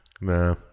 Nah